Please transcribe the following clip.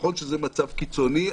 נכון שזה מצב קיצוני,